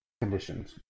conditions